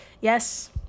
Yes